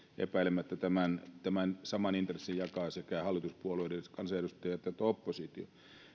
epäilemättä tämän tämän saman intressin jakavat sekä hallituspuolueiden kansanedustajat että oppositio